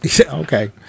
Okay